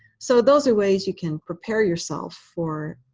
so those are ways you can prepare yourself for